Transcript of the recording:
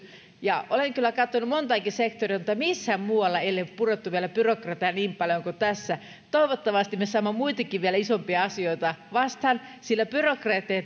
olen kyllä katsonut montaakin sektoria mutta missään muualla ei ole vielä purettu byrokratiaa niin paljon kuin tässä toivottavasti me saamme vielä muitakin isompia asioita vastaan sillä byrokratiaa